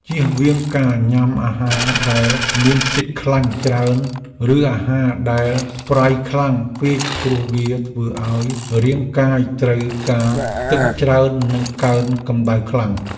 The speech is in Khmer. ជៀសវាងការញ៉ាំអាហារដែលមានជាតិខ្លាញ់ច្រើនឬអាហារដែលប្រៃខ្លាំងពេកព្រោះវាធ្វើឱ្យរាងកាយត្រូវការទឹកច្រើននិងកើនកម្តៅខ្លាំង។